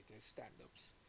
stand-ups